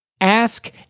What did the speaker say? Ask